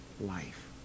life